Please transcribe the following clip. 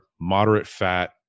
moderate-fat